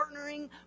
partnering